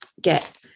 get